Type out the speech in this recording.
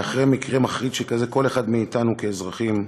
שאחרי מקרה מחריד כזה כל אחד מאתנו, כאזרחים,